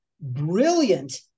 brilliant